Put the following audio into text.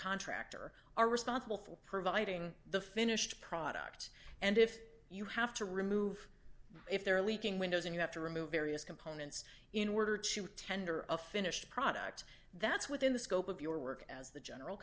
contractor are responsible for providing the finished product and if you have to remove if they're leaking windows and you have to remove various components in order to tender a finished product that's within the scope of your work as the general